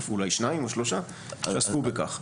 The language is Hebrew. אולי שניים או שלושה שעסקו בכך.